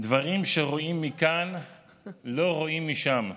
דברים שרואים מכאן לא רואים משם.